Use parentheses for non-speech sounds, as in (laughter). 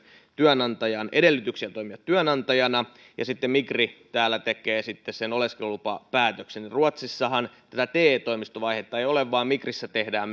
työnantajan edellytyksiä toimia työnantajana ja sitten migri täällä tekee sen oleskelulupapäätöksen ruotsissahan tätä te toimistovaihetta ei ole vaan paikallisessa migrissä tehdään (unintelligible)